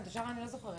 זה התוצאה של החוק ההזוי.